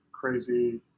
crazy